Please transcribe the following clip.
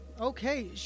okay